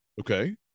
Okay